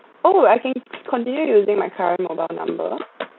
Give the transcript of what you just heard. oh I think continue using my current mobile number